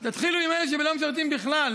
תתחילו עם אלה שלא משרתים בכלל,